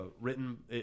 written